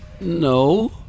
No